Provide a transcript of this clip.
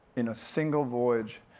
in a single voyage,